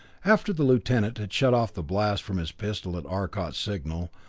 after the lieutenant had shut off the blast from his pistol at arcot's signal,